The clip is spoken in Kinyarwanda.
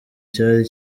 cyari